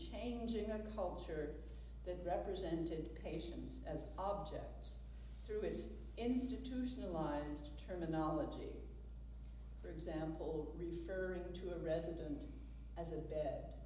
changing a culture that represented patients as objects through is institutionalized terminology for example prefer them to a resident as a bed